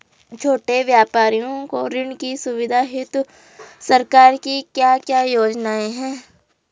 छोटे व्यापारियों को ऋण की सुविधा हेतु सरकार की क्या क्या योजनाएँ हैं?